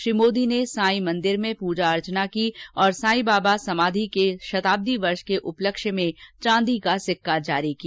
श्री मोदी ने साई मंदिर में पूजा अर्चना की और साईबाबा समाधि के शताब्दी वर्ष के उपलक्ष्य में चांदी का सिक्का जारी किया